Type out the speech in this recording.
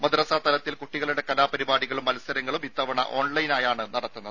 മദ്റസാ തലത്തിൽ കുട്ടികളുടെ കലാപരിപാടികളും മത്സരങ്ങളും ഇത്തവണ ഓൺലൈനായാണ് നടത്തുന്നത്